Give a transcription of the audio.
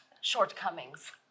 shortcomings